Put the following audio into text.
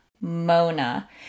Mona